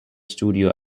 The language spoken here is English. studio